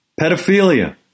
Pedophilia